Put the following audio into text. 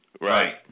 right